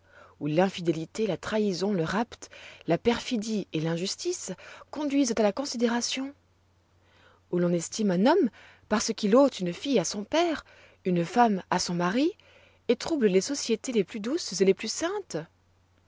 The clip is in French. où l'infidélité la trahison le rapt la perfidie et l'injustice conduisent à la considération où l'on estime un homme parce qu'il ôte une fille à son père une femme à son mari et trouble les sociétés les plus douces et les plus saintes